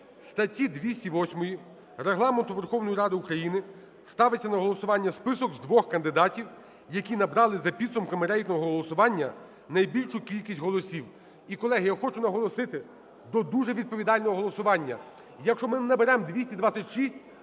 статті 208 Регламент Верховної Ради України ставиться на голосування список з двох кандидатів, які набрали за підсумками рейтингового голосування найбільшу кількість голосів. І, колеги, я хочу наголосити до дуже відповідального голосування, якщо ми не наберемо 226,